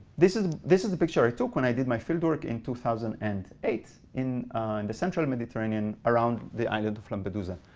this is this is the picture i took when i did my fieldwork in two thousand and eight in the central mediterranean around the island of lampedusa.